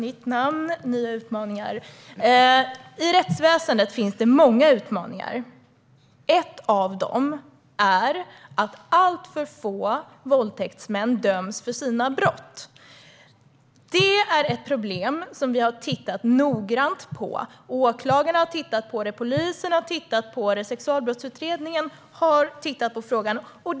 Herr talman! I rättsväsendet finns det många utmaningar. En av dem är att alltför få våldtäktsmän döms för sina brott. Det är ett problem som vi har tittat noggrant på. Åklagarna har tittat på det. Polisen har tittat på det. sexualbrottsutredningen har tittat på det.